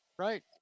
Right